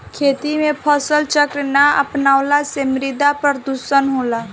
खेती में फसल चक्र ना अपनवला से मृदा प्रदुषण होला